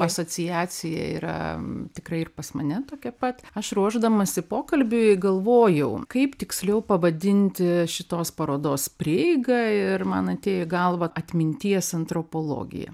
asociacija yra tikra ir pas mane tokie pat aš ruošdamasi pokalbiui galvojau kaip tiksliau pavadinti šitos parodos prieigą ir man atėjo galvą atminties antropologija